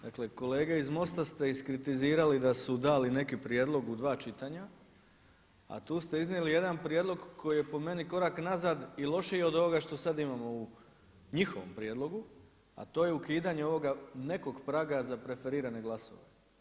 Dakle kolege iz MOST-a ste iskritizirali da su dali neki prijedlog u dva čitanja a tu ste iznijeli jedan prijedlog koji je po meni korak nazad i lošiji je od ovoga što sada imamo u njihovom prijedlogu a to je ukidanje ovoga nekog praga za preferirane glasove.